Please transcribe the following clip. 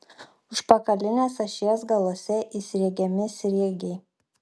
užpakalinės ašies galuose įsriegiami sriegiai